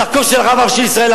דרכו של הרב הראשי לישראל,